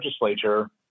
legislature